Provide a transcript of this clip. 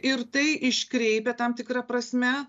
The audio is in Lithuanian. ir tai iškreipia tam tikra prasme